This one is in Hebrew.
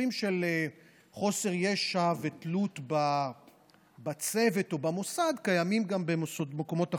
מצבים של חוסר ישע ותלות בצוות או במוסד קיימים גם במקומות אחרים.